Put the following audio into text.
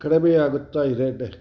ಕಡಿಮೆ ಆಗುತ್ತಾ ಇದೆ